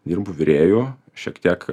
dirbu virėju šiek tiek